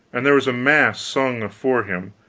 and there was a mass sung afore him,